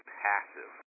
passive